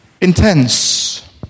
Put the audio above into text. Intense